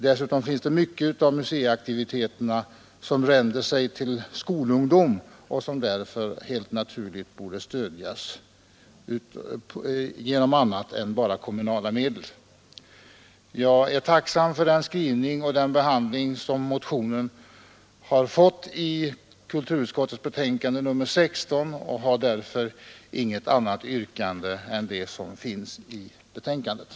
Dessutom vänder sig mycket av museiaktiviteterna till skolungdom och bör därför helt naturligt stödjas med mer än bara lokala medel. Jag är tacksam för den behandling som motionen har fått i kulturutskottets betänkande nr 16 och har inget annat yrkande än utskottets.